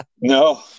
No